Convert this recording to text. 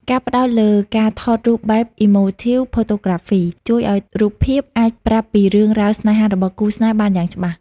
ការផ្ដោតលើការថតរូបបែប Emotive Photography ជួយឱ្យរូបភាពអាចប្រាប់ពីរឿងរ៉ាវស្នេហារបស់គូស្នេហ៍បានយ៉ាងច្បាស់។